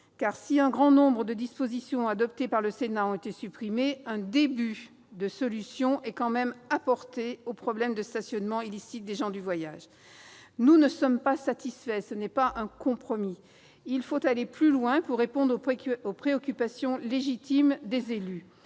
Si un grand nombre de dispositions adoptées par le Sénat ont été supprimées, un début de solution est tout de même apporté au problème de stationnement illicite des gens du voyage. Nous ne sommes pas satisfaits ; il ne s'agit pas d'un compromis. Il faut aller plus loin pour répondre aux préoccupations légitimes des élus,